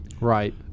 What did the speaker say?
Right